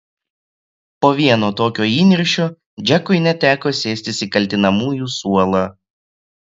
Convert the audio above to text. po vieno tokio įniršio džekui net teko sėstis į kaltinamųjų suolą